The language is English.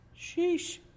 Sheesh